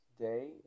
day